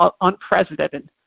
unprecedented